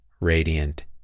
radiant